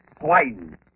swine